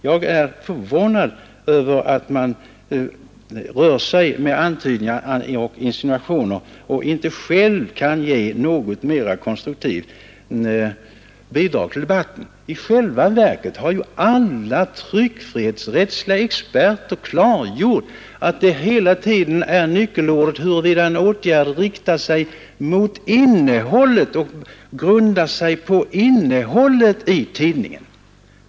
Jag är förvånad över att man rör sig med antydningar och insinuationer och inte själv kan ge något mera konstruktivt bidrag till debatten. I själva verket har alla tryckfrihetsrättsexperter klargjort att nyckelordet är huruvida en åtgärd riktar sig mot innehållet, grundar sig på innehållet i tidningen.